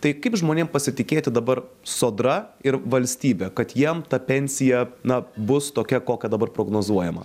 tai kaip žmonėm pasitikėti dabar sodra ir valstybe kad jiem ta pensija na bus tokia kokia dabar prognozuojama